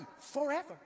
forever